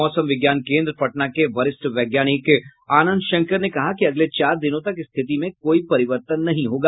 मौसम विज्ञान केंद्र पटना के वरिष्ठ वैज्ञानिक आंनद शंकर ने कहा कि अगले चार दिनों तक स्थिति में कोई परिवर्तन नहीं होगा